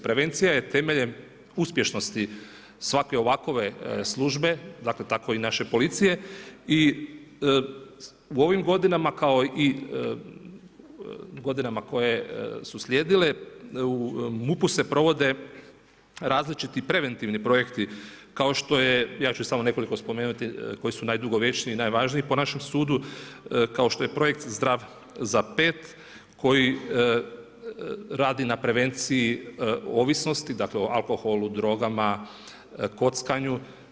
Prevencija je temeljem uspješnosti svake ovakove službe, dakle tako i naše policije i u ovim godinama kao i godinama koje su slijedile u MUP-u se provode različiti preventivni projekti kao što je ja ću samo nekoliko spomenuti koji su najdugovječniji, najvažniji po našem sudu kao što je projekt „Zdrav za pet“ koji radi na prevenciji ovisnosti, dakle o alkoholu, drogama, kockanju.